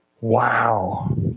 Wow